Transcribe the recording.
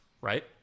right